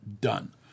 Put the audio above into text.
done